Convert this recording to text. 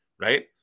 right